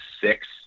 six